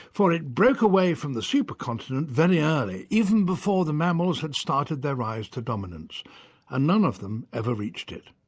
for it broke away from the super continent very early, even before the mammals had started their rise to dominance and none of them ever reached it.